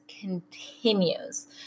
continues